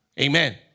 Amen